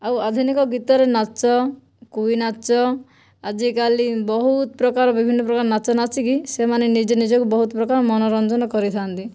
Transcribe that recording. ଆଉ ଆଧୁନିକ ଗୀତରେ ନାଚ କୁଇ ନାଚ ଆଜିକାଲି ବହୁତ ପ୍ରକାର ବିଭିନ୍ନ ପ୍ରକାର ନାଚ ନାଚିକି ସେମାନେ ନିଜେ ନିଜକୁ ବହୁତ ପ୍ରକାର ମନୋରଞ୍ଜନ କରିଥାନ୍ତି